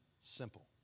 simple